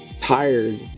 tired